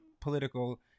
political